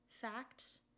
facts